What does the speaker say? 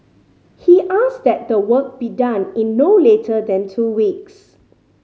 he asked that the work be done in no later than two weeks